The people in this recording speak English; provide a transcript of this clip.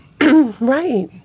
Right